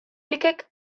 likek